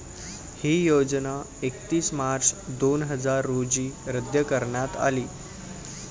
ही योजना एकतीस मार्च दोन हजार रोजी रद्द करण्यात आली